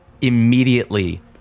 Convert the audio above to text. Immediately